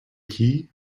key